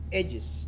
edges